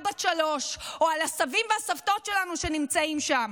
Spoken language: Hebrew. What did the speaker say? בת שלוש או על גב הסבים והסבתות שלנו שנמצאים שם.